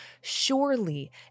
surely